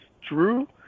true